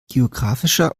geographischer